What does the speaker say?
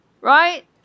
right